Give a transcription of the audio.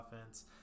offense